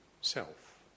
Self